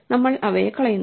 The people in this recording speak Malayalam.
നമ്മൾ അവയെ കളയുന്നു